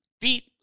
beat